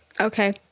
okay